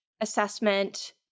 assessment